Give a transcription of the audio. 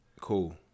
Cool